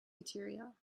material